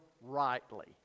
rightly